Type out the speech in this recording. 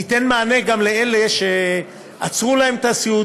היא תיתן מענה גם לאלה שעצרו להם את הסיעוד